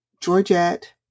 Georgette